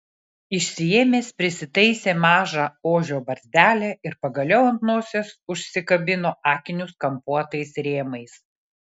išsiėmęs prisitaisė mažą ožio barzdelę ir pagaliau ant nosies užsikabino akinius kampuotais rėmais